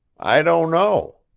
i don't know.